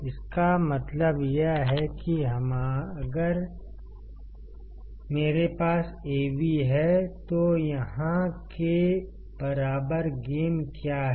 इसका मतलब यह है कि अगर मेरे पास AV है तो यहां के बराबर गेन क्या है